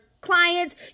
clients